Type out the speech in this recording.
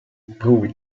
prove